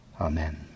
amen